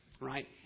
right